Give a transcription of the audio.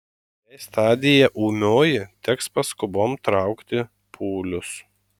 jei stadija ūmioji teks paskubom traukti pūlius